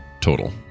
total